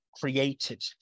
created